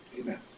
Amen